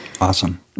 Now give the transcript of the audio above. Awesome